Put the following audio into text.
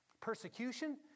persecution